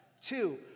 Two